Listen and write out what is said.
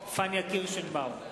פניה קירשנבאום,